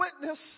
witness